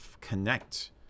connect